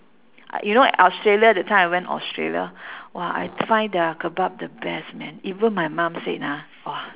you know australia that time I went australia !wah! I find their kebab the best man even my mum said ah !wah!